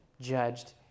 judged